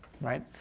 right